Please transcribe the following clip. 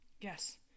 Yes